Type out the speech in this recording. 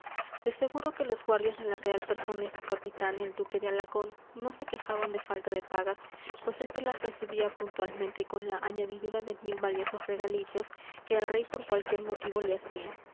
de seguro que los guardias de la real persona y su capitán el duque de alagón no se quejaban de falta de pagas pues este las recibía puntualmente con la añadidura de mil valiosos regalillos que el rey por cualquier motivo le hacía los